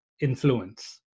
influence